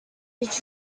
did